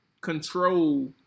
control